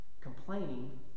Complaining